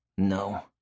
No